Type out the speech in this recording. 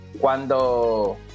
Cuando